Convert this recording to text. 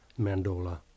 mandola